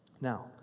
Now